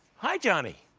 hi, johnny.